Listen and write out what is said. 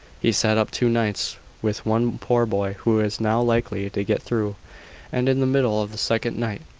he sat up two nights with one poor boy who is now likely to get through and in the middle of the second night,